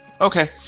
Okay